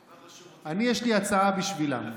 אני, יש לי הצעה בשבילם.